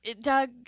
Doug